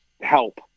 help